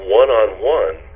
one-on-one